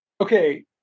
Okay